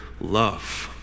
love